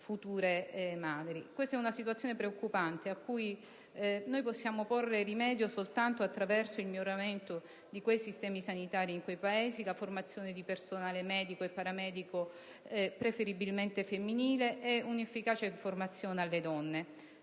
Questa è una situazione preoccupante a cui possiamo porre rimedio soltanto attraverso il miglioramento dei sistemi sanitari in quei Paesi, la formazione di personale medico e paramedico, preferibilmente femminile, ed una efficace informazione alle donne,